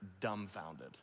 dumbfounded